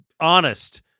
honest